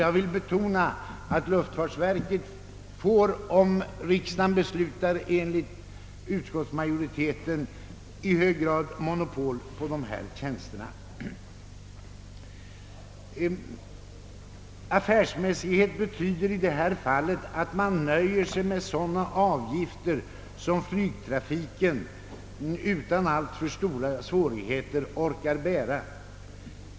Jag vill betona att luftfartsverket, om riksdagen beslutar enligt utskottsmajoritetens önskan, i hög grad får monopol på dessa tjänster. Affärsmässighet betyder i detta fall att man nöjer sig med sådana avgifter som flygtrafiken utan alltför stora svårigheter orkar bära.